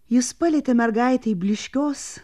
jis palietė mergaitei blyškios